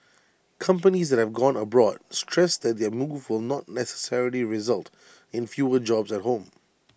companies that have gone abroad stressed that their move will not necessarily result in fewer jobs at home